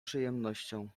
przyjemnością